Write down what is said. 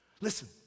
Listen